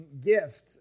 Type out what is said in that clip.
gift